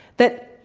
that